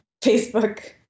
Facebook